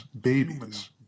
babies